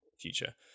future